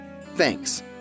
Thanks